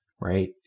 right